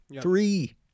Three